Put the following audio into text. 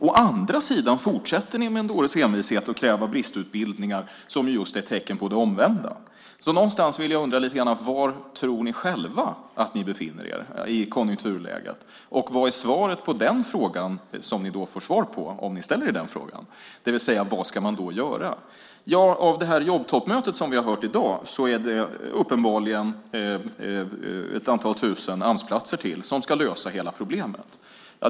Å andra sidan fortsätter ni med en dåres envishet att kräva bristutbildningar som just är tecken på det omvända. Någonstans undrar jag lite grann: Var tror ni själva att ni befinner er i konjunkturläget? Och vad är svaret på den frågan som ni då får svar på om ni ställer er den frågan, det vill säga: Vad ska man då göra? Av det jobbtoppmöte som vi har hört talas om i dag är det uppenbarligen ett antal tusen Amsplatser till som ska lösa hela problemet.